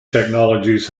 technologies